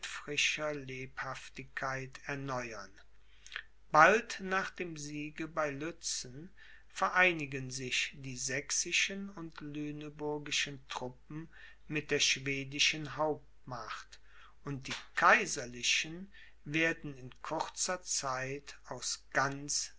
frischer lebhaftigkeit erneuern bald nach dem siege bei lützen vereinigen sich die sächsischen und lüneburgischen truppen mit der schwedischen hauptmacht und die kaiserlichen werden in kurzer zeit aus ganz